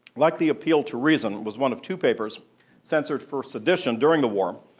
like the appeal to reason, was one of two papers censored for sedition during the war,